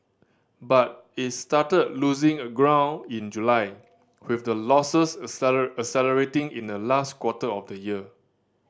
but it started losing a ground in July with the losses accelerating in the last quarter of the year